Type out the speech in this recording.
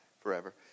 forever